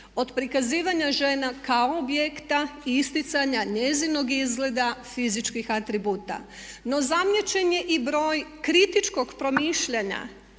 Od prikazivanja žena kao objekta i isticanja njezinog izgleda fizičkih atributa. No zamijećen je i broj kritičkog promišljanja